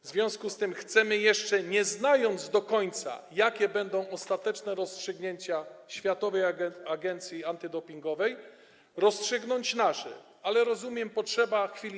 W związku z tym chcemy jeszcze, nie wiedząc do końca, jakie będą ostateczne rozstrzygnięcia Światowej Agencji Antydopingowej, rozstrzygnąć nasze, ale rozumiem, że jest taka potrzeba chwili.